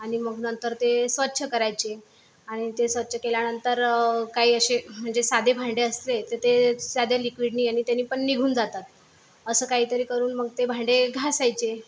आणि मग नंतर ते स्वच्छ करायचे आणि ते स्वच्छ केल्यानंतर काही अशे म्हणजे साधे भांडे असले तर ते साध्या लिक्विडने यानी त्यानी पण निघून जातात असं काहीतरी करून मग ते भांडे घासायचे